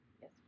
Yes